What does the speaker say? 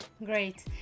Great